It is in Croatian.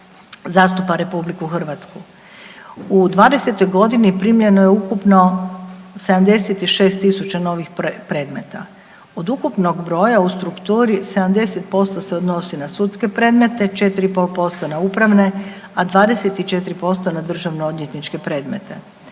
zastupa RH. U '20. g. primljeno je ukupno 76 tisuća novih predmeta. Od ukupnog broja u strukturi, 70% se odnosi na sudske predmete, 4,5% na upravne, a 24% na državnoodvjetničke predmete.